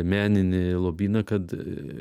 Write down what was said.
meninį lobyną kad